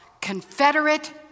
Confederate